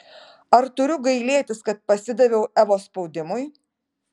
ar turiu gailėtis kad pasidaviau evos spaudimui